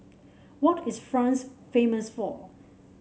what is France famous for